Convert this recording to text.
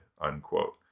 unquote